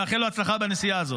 ומאחל לו הצלחה בנסיעה הזאת,